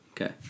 Okay